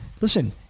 Listen